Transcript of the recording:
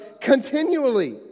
continually